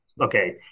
okay